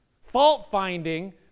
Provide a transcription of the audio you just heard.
fault-finding